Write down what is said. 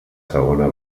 segona